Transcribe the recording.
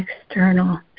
external